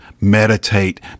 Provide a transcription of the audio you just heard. meditate